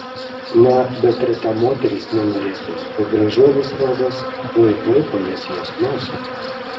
na bet reta moteris nenorėtų kad gražuolis rodos tuoj tuoj palies jos nosį